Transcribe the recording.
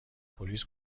پلیس